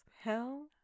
Hell